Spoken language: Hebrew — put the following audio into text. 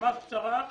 ממש קצרה,